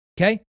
Okay